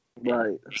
Right